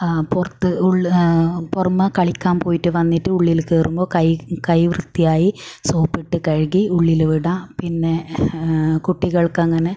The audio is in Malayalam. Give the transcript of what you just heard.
ആ പുറത്ത് ഉള്ളിൽ പുറമേ കളിക്കാൻ പോയിട്ട് വന്നിട്ട് ഉള്ളിൽ കയറുമ്പോൾ കൈ കൈ വൃത്തിയായി സോപ്പിട്ട് കഴുകി ഉള്ളിൽ വിടുക പിന്നെ കുട്ടികൾക്കങ്ങനെ